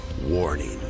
Warning